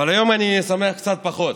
אבל היום אני שמח קצת פחות.